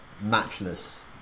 matchless